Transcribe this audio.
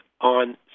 on